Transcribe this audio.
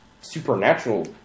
supernatural